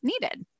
needed